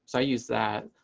so i use that.